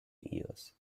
eos